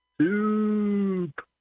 Soup